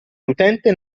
l’utente